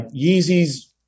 Yeezy's